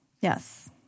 Yes